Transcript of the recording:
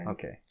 Okay